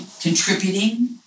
contributing